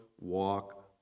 walk